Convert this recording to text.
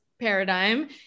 paradigm